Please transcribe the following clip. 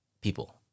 people